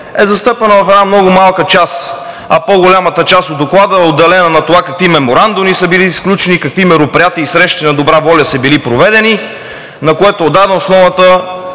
е застъпено в една много малка част, а по голямата част от Доклада е отделена на това какви меморандуми са били сключени, какви мероприятия и срещи на добра воля са били проведени, на което е отдадена основната